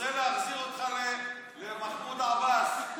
רוצה להחזיר אותך למחמוד עבאס.